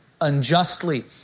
unjustly